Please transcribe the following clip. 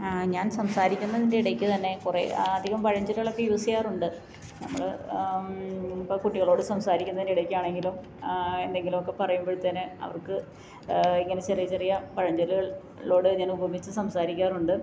ഞാന് സംസാരിക്കുന്നതിന്റെ ഇടയ്ക്ക് തന്നെ കുറെ അധികം പഴഞ്ചൊല്ലുകളൊക്കെ യൂസെയ്യാറുണ്ട് നമ്മള് ഇപ്പോള് കുട്ടികളോട് സംസാരിക്കുന്നതിന്റെ ഇടയ്ക്കാണെങ്കിലും എന്തെങ്കിലുമൊക്കെ പറയ്മ്പഴത്തേന് അവര്ക്ക് ഇങ്ങനെ ചെറിയചെറിയ പഴഞ്ചൊല്ലുകളോട് ഞാനുപമിച്ച് സംസാരിക്കാറുണ്ട്